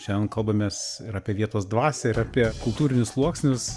šiandien kalbamės ir apie vietos dvasią ir apie kultūrinius sluoksnius